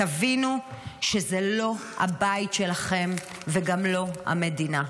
תבינו שזה לא הבית שלכם וגם לא המדינה.